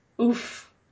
oof